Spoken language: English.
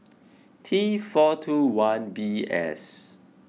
T four two one B S